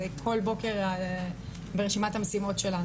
זה כל בוקר ברשימת המשימות שלנו.